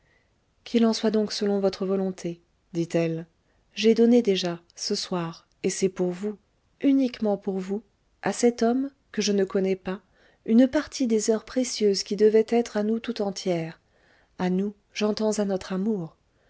qu'il en soit donc selon votre volonté dit-elle j'ai donné déjà ce soir et c'est pour vous uniquement pour vous à cet homme que je ne connais pas une partie des heures précieuses qui devaient être à nous tout entières à nous j'entends à notre amour